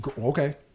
Okay